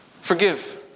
Forgive